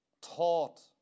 taught